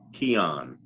Keon